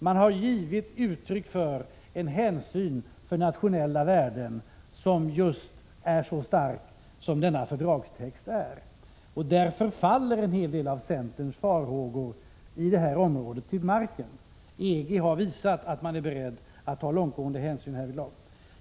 Man har givit uttryck för en hänsyn för nationella värden som är just så stark som denna fördragstext. Därför faller en hel del av centerns farhågor på detta område. EG har visat att man är beredd att ta långtgående hänsyn härvidlag.